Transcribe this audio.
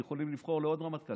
יכולים לבחור עוד רמטכ"ל,